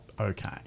okay